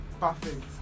Perfect